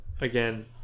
Again